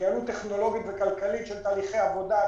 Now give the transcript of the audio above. התייעלות טכנולוגית וכלכלית של תהליכי עבודה,